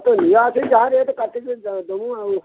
ହଁ ନିିହାତି ଯାହା ରେଟ୍ କାଟିକ ଦେବୁ ଆଉ